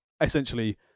essentially